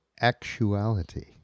actuality